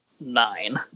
nine